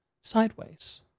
sideways